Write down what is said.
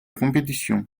compétition